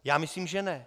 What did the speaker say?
Já myslím že ne.